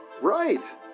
Right